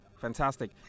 Fantastic